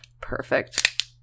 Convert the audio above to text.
Perfect